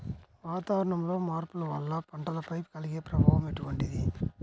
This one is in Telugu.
వాతావరణంలో మార్పుల వల్ల పంటలపై కలిగే ప్రభావం ఎటువంటిది?